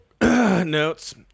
notes